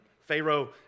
Pharaoh